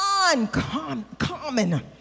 uncommon